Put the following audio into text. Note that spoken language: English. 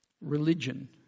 religion